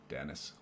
Dennis